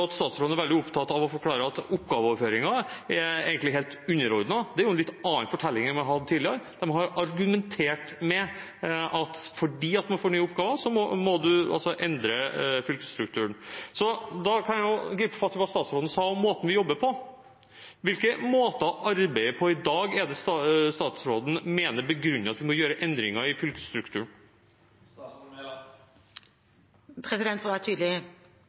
at statsråden er veldig opptatt av å forklare at oppgaveoverføringen egentlig er helt underordnet. Det er jo en litt annen fortelling enn de har hatt tidligere. De har argumentert med at fordi man får nye oppgaver, må man også endre fylkesstrukturen. Så da kan jeg også gripe fatt i hva statsråden sa om måten vi jobber på: Hvilke måter er det vi arbeider på i dag som statsråden mener begrunner at vi må gjøre endringer i fylkesstrukturen? For å være tydelig: